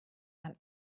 man